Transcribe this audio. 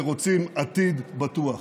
שרוצים עתיד בטוח.